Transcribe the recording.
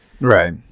Right